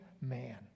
man